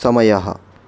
समयः